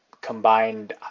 combined –